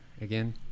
again